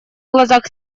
глазах